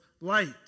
light